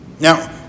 Now